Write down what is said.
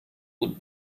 would